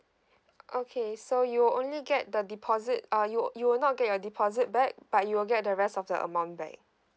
okay so you only get the deposit uh you you will not get your deposit back but you will get the rest of the amount back